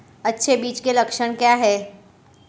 अच्छे बीज के लक्षण क्या हैं?